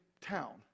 town